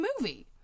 movie